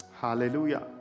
Hallelujah